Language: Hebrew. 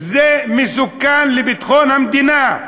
זה מסוכן לביטחון המדינה.